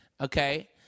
okay